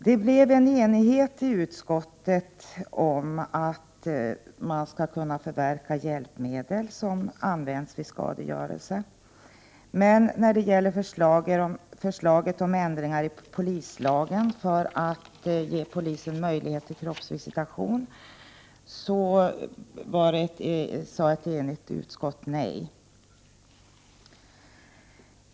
Det blev en enighet i utskottet om att hjälpmedel som används vid skadegörelse skall kunna förverkas, men när det gäller förslaget om ändringar i polislagen för att ge polisen möjlighet till kroppsvisitation sade ett enigt utskott nej.